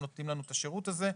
הם נותנים לנו את השירות הזה,